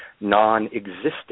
non-existent